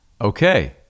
Okay